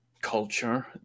culture